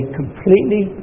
completely